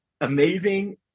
amazing